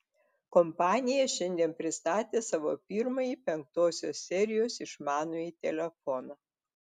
kompanija šiandien pristatė savo pirmąjį penktosios serijos išmanųjį telefoną